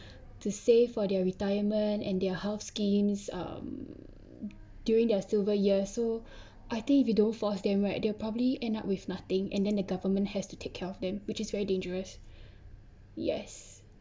to save for their retirement and their health schemes um during their silver years so I think if you don't force them right they'll probably end up with nothing and then the government has to take care of them which is very dangerous yes